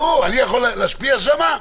אני יכול להשפיע שם?